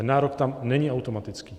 Ten nárok tam není automatický.